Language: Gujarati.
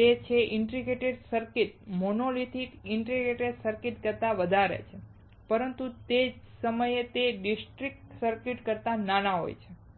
તે છે કે આ integrated circuit monolithic integrated circuit કરતા વધારે છે પરંતુ તે જ સમયે તે ડિસ્ક્રીટ સર્કિટ કરતા નાના હોય છે